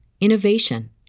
innovation